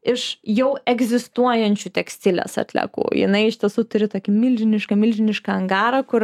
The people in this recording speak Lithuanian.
iš jau egzistuojančių tekstilės atliekų jinai iš tiesų turi tokį milžinišką milžinišką angarą kur